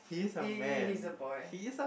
it he he's a boy